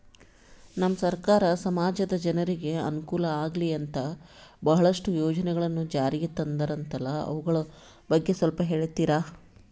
ನಮ್ಮ ಸರ್ಕಾರ ಸಮಾಜದ ಜನರಿಗೆ ಅನುಕೂಲ ಆಗ್ಲಿ ಅಂತ ಬಹಳಷ್ಟು ಯೋಜನೆಗಳನ್ನು ಜಾರಿಗೆ ತಂದರಂತಲ್ಲ ಅವುಗಳ ಬಗ್ಗೆ ಸ್ವಲ್ಪ ಹೇಳಿತೀರಾ?